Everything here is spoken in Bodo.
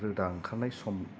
रोदा ओंखारनाय सम